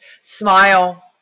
smile